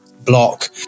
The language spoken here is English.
block